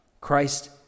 Christ